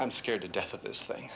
i'm scared to death of this thing